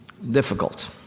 Difficult